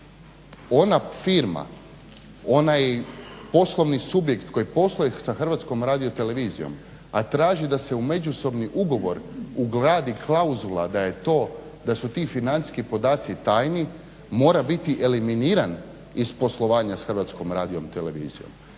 Ona firma, onaj poslovni subjekt koji posluje sa HRT-om, a traži da se u međusobni ugovor ugradi klauzula da su ti financijski podaci tajni mora biti eliminiran iz poslovanja s HRT-om. Takvi